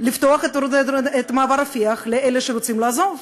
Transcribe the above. לפתוח את מעבר רפיח לאלה שרוצים לעזוב?